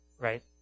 right